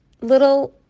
little